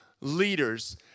leaders